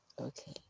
Okay